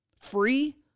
free